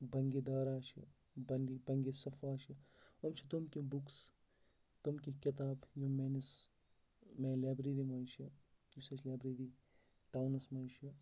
بَنگہِ دارا چھِ بَنگہِ بَنگہِ سفا چھِ یِم چھِ تِم تِم بُکٕس تِم کینٛہہ کِتابہٕ یِم میٛٲنِس میٛانہِ لایبرٔری منٛز چھِ یُس اَسہِ لایبرٔری ٹاونَس منٛز چھِ